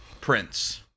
Prince